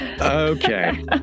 Okay